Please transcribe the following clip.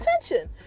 attention